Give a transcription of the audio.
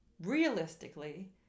realistically